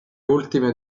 ultime